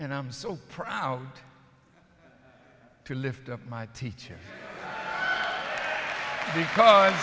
and i'm so proud to lift up my teacher because